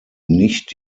nicht